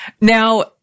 Now